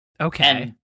Okay